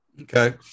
Okay